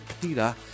peter